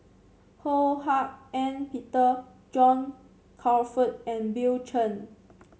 Ho Hak Ean Peter John Crawfurd and Bill Chen